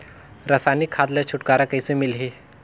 रसायनिक खाद ले छुटकारा कइसे मिलही?